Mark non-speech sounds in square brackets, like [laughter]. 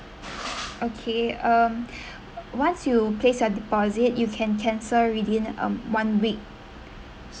okay um [breath] once you place a deposit you can cancel within um one week